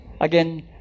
Again